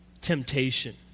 temptation